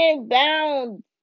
bound